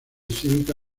cívica